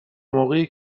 موقعی